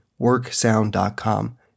worksound.com